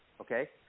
okay